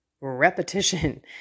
repetition